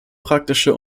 praktische